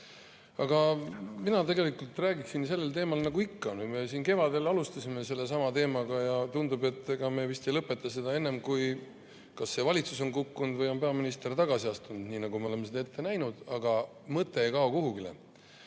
Mina tegelikult räägiksin sellel teemal nii nagu ikka. Me kevadel alustasime sellesama teemaga ja tundub, et ega me vist ei lõpeta seda enne, kui kas see valitsus on kukkunud või on peaminister tagasi astunud, nii nagu me oleme seda ette näinud, aga mõte ei kao kuhugi.